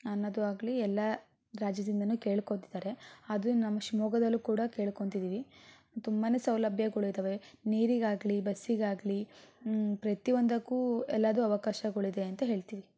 ಅನ್ನೋದು ಆಗಲಿ ಎಲ್ಲ ರಾಜ್ಯದಿಂದಾನೂ ಕೇಳ್ಕೊತಿದ್ದಾರೆ ಅದು ನಮ್ಮ ಶಿವಮೊಗ್ಗದಲ್ಲೂ ಕೂಡ ಕೇಳ್ಕೊತಿದೀವಿ ತುಂಬ ಸೌಲಭ್ಯಗಳೂ ಇದ್ದಾವೆ ನೀರಿಗಾಗಲಿ ಬಸ್ಸಿಗಾಗಲಿ ಪ್ರತಿಯೊಂದಕ್ಕೂ ಎಲ್ಲಾದು ಅವಕಾಶಗಳಿದೆ ಅಂತ ಹೇಳ್ತೀವಿ